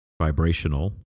vibrational